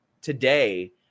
today